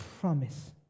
promise